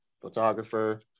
photographer